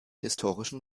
historischen